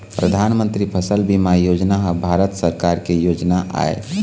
परधानमंतरी फसल बीमा योजना ह भारत सरकार के योजना आय